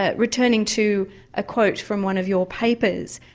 ah returning to a quote from one of your papers,